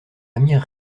amir